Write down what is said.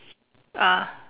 ah